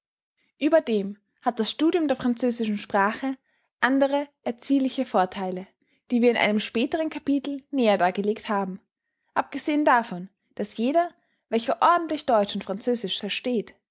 ueberdem hat das studium der französischen sprache andere erziehliche vortheile die wir in einem späteren kapitel näher dargelegt haben abgesehen davon daß jeder welcher ordentlich deutsch und französisch versteht